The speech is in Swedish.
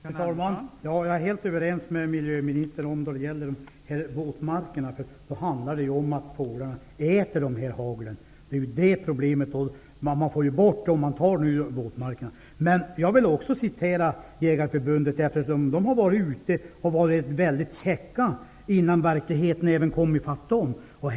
Fru talman! Jag är helt överens med miljöministern då det gäller våtmarkerna, eftersom fåglarna där faktiskt äter haglen. Det problemet slipper man om man förbjuder användning av blyhagel där. Representanter från Jägarförbundet har varit väldigt käcka innan verkligheten kom i fatt även dem.